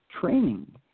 training